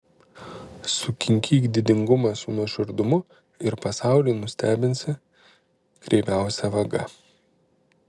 sukinkyk didingumą su nuoširdumu ir pasaulį nustebinsi kreiviausia vaga